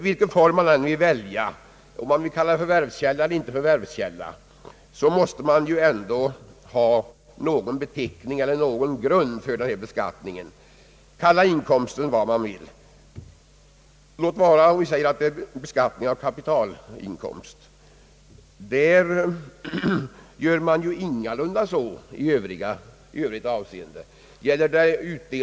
Vilken form man än väljer — vare sig man vill kalla det förvärvskälla eller inte förvärvskälla — måste man ha någon grund för beskattningen. Kalla inkomsten vad man vill! Låt oss säga att det är beskattning av kapitalinkomst — där gör man ju ingalunda på det sätt som nu föreslås.